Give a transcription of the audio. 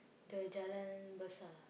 the Jalan-Besar